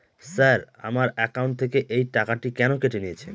Sir আমার account থেকে এই টাকাটি কেন কেটে নিয়েছেন?